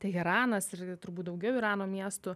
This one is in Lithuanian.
teheranas ir turbūt daugiau irano miestų